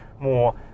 more